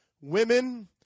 women